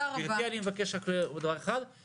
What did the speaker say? אני מבקש שנקבע,